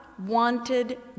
wanted